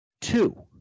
Two